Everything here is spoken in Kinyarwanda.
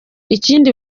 ikindi